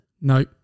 No